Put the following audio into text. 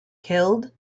killed